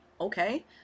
Okay